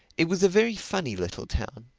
it was a very funny little town,